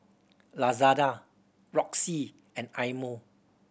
Lazada Roxy and Eye Mo